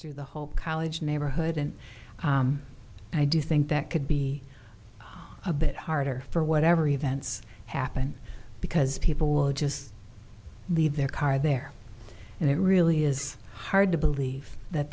through the whole college neighborhood and i do think that could be a bit harder for whatever events happen because people will just leave their car there and it really is hard to believe that